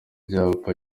cyaba